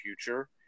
future